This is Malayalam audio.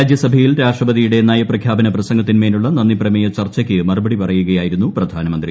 രാജ്യസഭയിൽ രാഷ്ട്രപതിയുടെ നയപ്രഖ്യാപന പ്രസംഗത്തിൻമേലുള്ള നന്ദിപ്രമേയ ചർച്ചയ്ക്ക് മറുപടി പറയുകയായിരുന്നു പ്രധാനമന്ത്രി